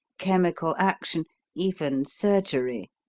chemical action even surgery.